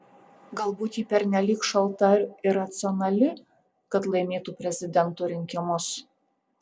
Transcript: galbūt ji pernelyg šalta ir racionali kad laimėtų prezidento rinkimus